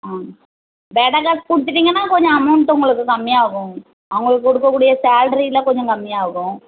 ஆ பேட்டா காசு கொடுத்துட்டிங்கன்னா கொஞ்சம் அமௌண்ட்டு உங்களுக்கு கம்மியாக ஆகும் அவர்களுக்கு கொடுக்க கூடிய சேலரியில் கொஞ்சம் கம்மியாகும்